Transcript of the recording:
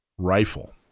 rifle